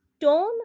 tone